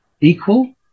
equal